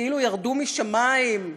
שכאילו ירדו משמים,